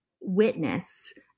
witness